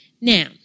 Now